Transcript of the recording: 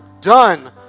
done